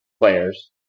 players